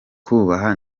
kubaha